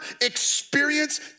experience